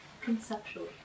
Conceptually